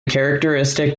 characteristic